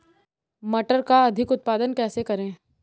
मटर का अधिक उत्पादन कैसे करें?